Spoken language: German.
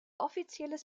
offizielles